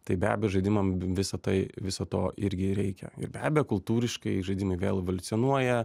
tai be abejo žaidimam visa tai viso to irgi reikia ir be abejo kultūriškai žaidimai vėl evoliucionuoja